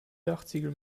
dachziegel